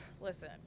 listen